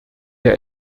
der